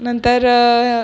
नंतर